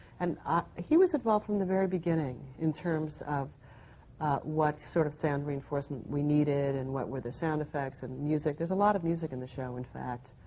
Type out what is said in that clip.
and ah he was involved from the very beginning, in terms of what sort of sound reinforcement we needed and what were the sound effects and music. there's a lot of music in the show, in fact,